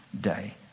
day